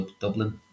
dublin